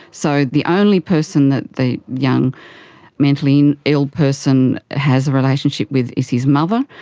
so the only person that the young mentally ill person has a relationship with is his mother.